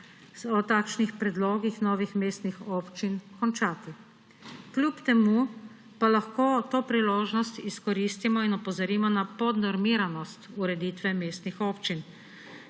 o takšnih predlogih novih mestnih občin končati. Kljub temu pa lahko to priložnost izkoristimo in opozorimo na podnormiranost ureditve mestnih občin.